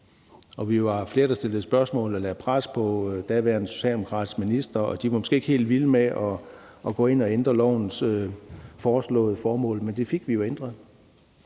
Da var vi flere, der stillede spørgsmål og lagde pres på den daværende socialdemokratiske minister. De var måske ikke helt vilde med at gå ind og ændre lovens foreslåede formål, men det fik vi jo ændret.